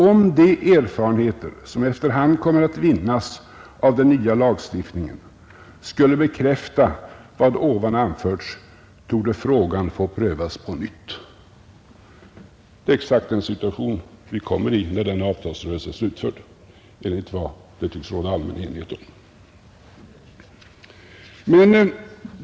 Om de erfarenheter som efter hand kommer att vinnas av den nya lagstiftningen skulle bekräfta vad ovan anförts, torde frågan få prövas på nytt.” Det är exakt en situation som vi hamnar i när denna avtalsrörelse är slutförd enligt vad det tycks råda allmänn enighet om.